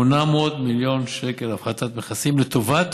800 מיליון שקל הפחתת מכסים לטובת